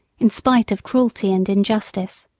in spite of cruelty and injustice.